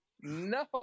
No